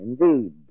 Indeed